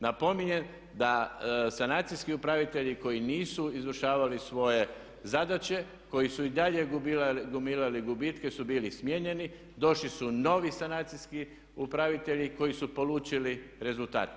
Napominjem da sanacijski upravitelji koji nisi izvršavali svoje zadaće, koji su i dalje gomilali gubitke su bili smijenjeni, došli su novi sanacijski upravitelji koji su polučili rezultat.